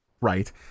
right